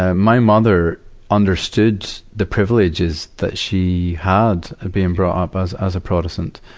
ah my mother understood the privileges that she had, ah being brought up as, as a protestant.